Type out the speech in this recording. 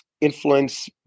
influence